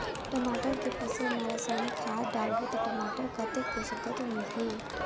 टमाटर के फसल मा रसायनिक खाद डालबो ता टमाटर कतेक पोषक तत्व मिलही?